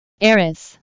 Eris